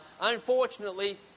unfortunately